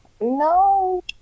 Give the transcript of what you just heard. No